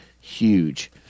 huge